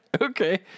Okay